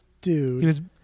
dude